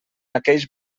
aqueix